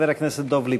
חבר הכנסת דב ליפמן.